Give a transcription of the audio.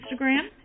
Instagram